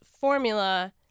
formula